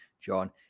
John